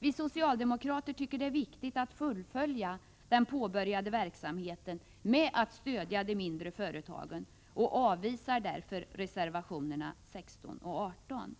Vi socialdemokrater tycker det är viktigt att fullfölja den påbörjade verksamheten med att stödja de mindre företagen och avvisar därför reservationerna 16 och 18.